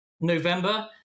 November